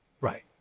Right